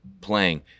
playing